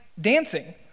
dancing